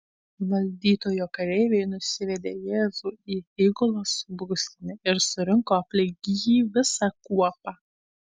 valdytojo kareiviai nusivedė jėzų į įgulos būstinę ir surinko aplink jį visą kuopą